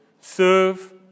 Serve